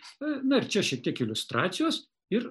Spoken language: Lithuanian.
na ir čia šitiek iliustracijos ir